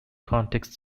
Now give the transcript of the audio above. context